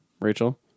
Rachel